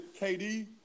kd